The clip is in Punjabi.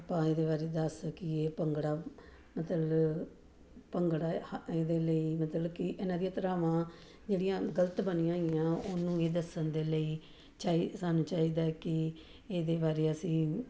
ਆਪਾਂ ਇਹਦੇ ਬਾਰੇ ਦੱਸ ਸਕੀਏ ਭੰਗੜਾ ਮਤਲਬ ਭੰਗੜਾ ਹ ਇਹਦੇ ਲਈ ਮਤਲਬ ਕਿ ਇਹਨਾਂ ਦੀਆਂ ਧਾਰਾਵਾਂ ਜਿਹੜੀਆਂ ਗਲਤ ਬਣੀਆਂ ਹੋਈਆਂ ਉਹਨੂੰ ਇਹ ਦੱਸਣ ਦੇ ਲਈ ਚਾਹੇ ਸਾਨੂੰ ਚਾਹੀਦਾ ਕਿ ਇਹਦੇ ਬਾਰੇ ਅਸੀਂ